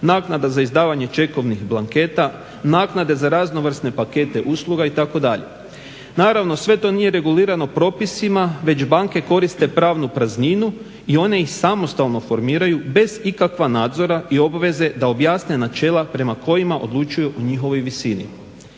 naknada za izdavanje čekovnih blanketa, naknade za raznovrsne pakete usluga itd. Naravno, sve to nije regulirano propisima već banke koriste pravnu prazninu i one ih samostalno formiraju bez ikakva nadzora i obveze da objasne načela prema kojima odlučuju o njihovoj visini.